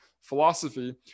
philosophy